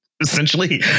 essentially